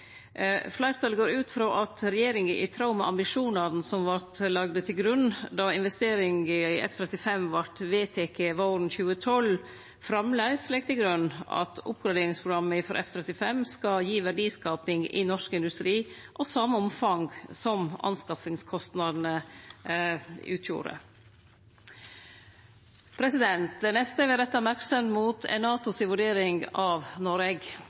Fleirtalet går ut frå at regjeringa, i tråd med ambisjonane som vart lagde til grunn då investeringane i F-35 vart vedtekne våren 2012, framleis legg til grunn at oppgraderingsprogramma for F-35 skal gi verdiskaping i norsk industri av same omfang som anskaffingskostnadene utgjorde. Det neste eg vil rette merksemda mot, er NATO si vurdering av Noreg.